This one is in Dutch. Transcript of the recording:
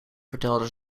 vertelden